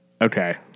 Okay